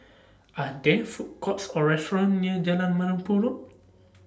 Are There Food Courts Or restaurants near Jalan